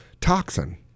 toxin